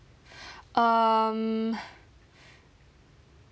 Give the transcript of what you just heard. um